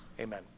amen